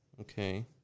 Okay